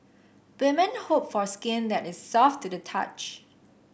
women hope for skin that is soft to the touch